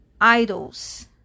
idols